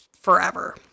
forever